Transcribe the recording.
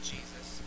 Jesus